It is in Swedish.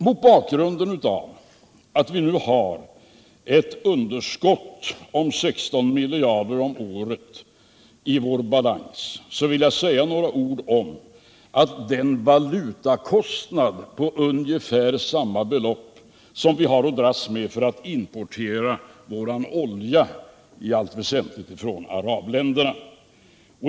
Mot bakgrund av att vi nu har ett underskott på 16 miljarder kronor om året i vår balans vill jag säga några ord om den valutakostnad på ungefär samma belopp som vi har att dras med för att importera vår olja, i allt väsentligt från arabländerna.